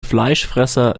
fleischfresser